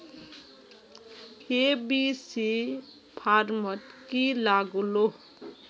KYC format की लागोहो?